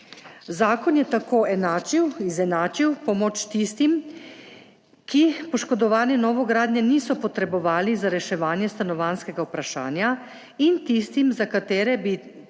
Zakon je tako enačil izenačil pomoč tistim, ki poškodovane novogradnje niso potrebovali za reševanje stanovanjskega vprašanja in tistim, za katere bi